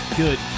good